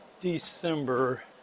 December